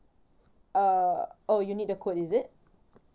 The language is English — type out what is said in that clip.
uh oh you need the code is it